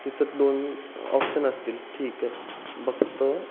तिथं दोन ऑप्शन असतील ठीक आहे बघतो